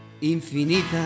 infinita